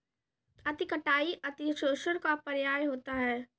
अति कटाई अतिशोषण का पर्याय होता है